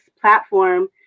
platform